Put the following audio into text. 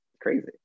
Crazy